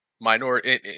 minority